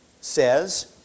says